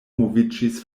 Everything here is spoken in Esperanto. moviĝis